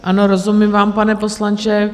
Ano, rozumím vám, pane poslanče.